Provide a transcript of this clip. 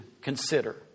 consider